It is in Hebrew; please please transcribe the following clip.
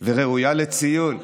וראויה לציון,